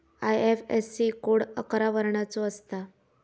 IFSC code अकरा वर्णाचो असता